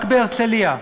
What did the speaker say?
רק בהרצלייה,